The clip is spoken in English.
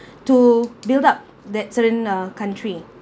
to build up that certain uh country